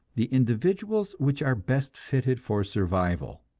the individuals which are best fitted for survival.